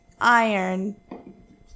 iron